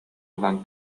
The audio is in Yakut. ылан